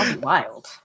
wild